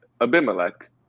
Abimelech